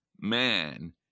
man